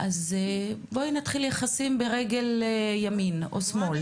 אז בואי נתחיל יחסים ברגל ימין, או שמאל.